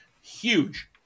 huge